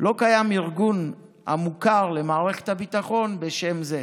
לא קיים ארגון המוכר למערכת הביטחון בשם זה.